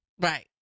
right